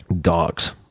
dogs